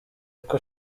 uko